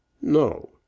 No